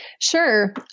Sure